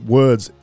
words